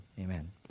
amen